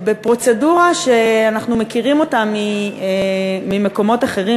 בפרוצדורה שאנחנו מכירים ממקומות אחרים